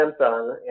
Samsung